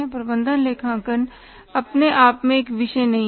प्रबंधन लेखांकन अपने आप में एक विषय नहीं है